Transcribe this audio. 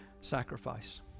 sacrifice